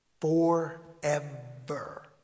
forever